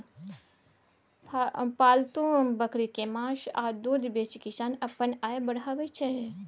पालतु बकरीक मासु आ दुधि बेचि किसान अपन आय बढ़ाबै छै